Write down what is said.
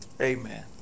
Amen